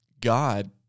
God